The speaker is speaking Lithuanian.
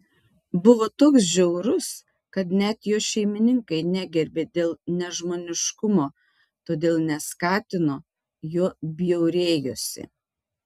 buvo toks žiaurus kad net jo šeimininkai negerbė dėl nežmoniškumo todėl neskatino juo bjaurėjosi